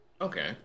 okay